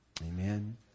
Amen